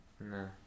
No